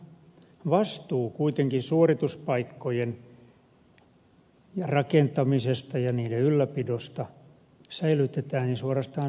vastuu kuitenkin suorituspaikkojen rakentamisesta ja niiden ylläpidosta sälytetään ja suorastaan sysätään yhteiskunnalle